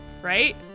right